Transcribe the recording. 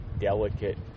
delicate